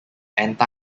anti